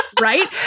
Right